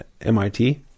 mit